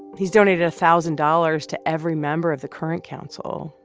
he's donated a thousand dollars to every member of the current council.